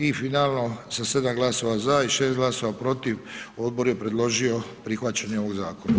I finalno sa 7 glasova za i 6 glasova protiv odbor je predložio prihvaćanje ovog zakona.